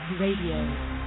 Radio